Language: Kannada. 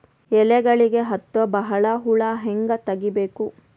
ಎಲೆಗಳಿಗೆ ಹತ್ತೋ ಬಹಳ ಹುಳ ಹಂಗ ತೆಗೀಬೆಕು?